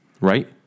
Right